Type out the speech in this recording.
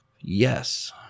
Yes